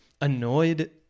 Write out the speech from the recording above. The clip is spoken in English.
annoyed